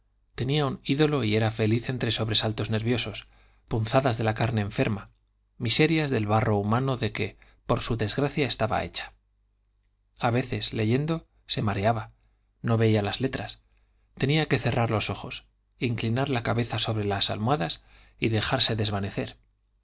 tenía un ídolo y era feliz entre sobresaltos nerviosos punzadas de la carne enferma miserias del barro humano de que por su desgracia estaba hecha a veces leyendo se mareaba no veía las letras tenía que cerrar los ojos inclinar la cabeza sobre las almohadas y dejarse desvanecer